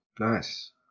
Nice